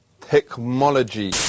Technology